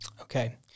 Okay